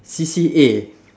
C_C_A